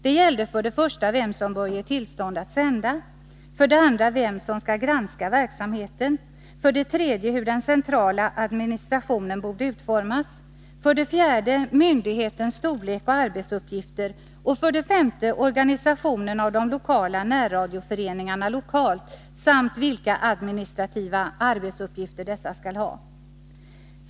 De gällde för det första vem som bör ge tillstånd att sända, för det andra vem som skall granska verksamheten, för det tredje hur den centrala administrationen borde utformas, för det fjärde myndighetens storlek och arbetsuppgifter och för det femte organisationen av de lokala närradioföreningarna samt vilka administrativa arbetsuppgifter dessa skall ha.